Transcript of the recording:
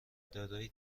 دارای